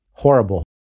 horrible